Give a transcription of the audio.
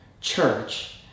Church